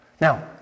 now